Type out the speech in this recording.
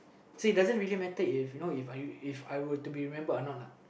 say it doesn't really matter if you know If I If I were to be remembered anot lah